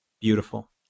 beautiful